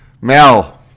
Mel